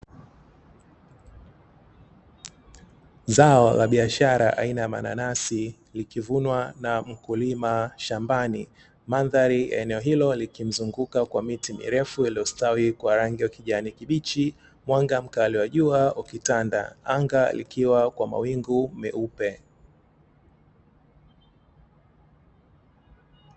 Zao la biashara aina ya mananasi likivunwa na mkulima shambani, mandhari eneo hilo likimzunguka kwa miti mirefu iliyostawi kwa rangi ya kijani kibichi; mwanga mkali wa jua ukitanda, anga likiwa kwa mawingu meupe.